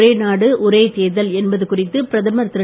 ஓரே நாடு ஓரே தேர்தல் என்பது குறித்து பிரதமர் திரு